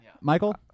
Michael